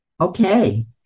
Okay